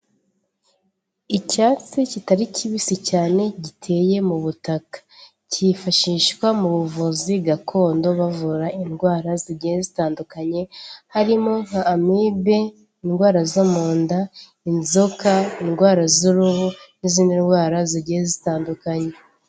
Icyatsi kitari kibisi cyane giteye mu butaka, cyifashishwa mu buvuzi gakondo bavura indwara zigiye zitandukanye harimo nka: amibe, indwara zo mu nda, inzoka, indwara z'uruhu, n'izindi ndwara zigiye zitandukanye.